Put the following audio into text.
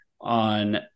on